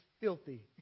filthy